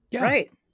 Right